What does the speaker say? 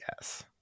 yes